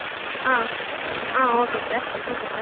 ஆ ஆ okay sir okay sir